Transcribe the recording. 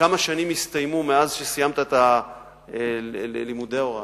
כמה שנים הסתיימו מאז שסיימת את לימודי ההוראה,